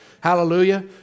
Hallelujah